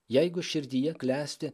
jeigu širdyje klesti